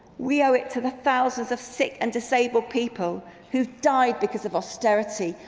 we owe it to the thousands of sick and disabled people who've died because of austerity,